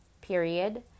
Period